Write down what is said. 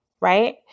right